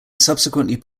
subsequently